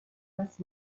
less